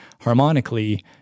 harmonically